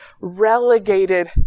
relegated